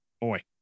Boy